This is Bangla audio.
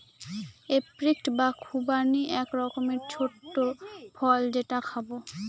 এপ্রিকট বা খুবানি এক রকমের ছোট্ট ফল যেটা খাবো